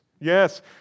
Yes